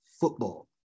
football